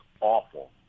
awful